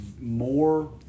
more